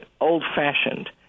old-fashioned